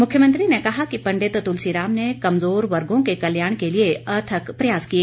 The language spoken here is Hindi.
मुख्यमंत्री ने कहा कि पंडित तुलसी राम ने कमजोर वर्गों के कल्याण के लिए अथक प्रयास किए